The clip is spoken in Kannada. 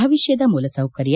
ಭವಿಷ್ಕದ ಮೂಲಸೌಕರ್ಕ